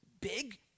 big